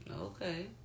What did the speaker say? Okay